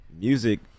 music